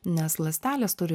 nes ląstelės turi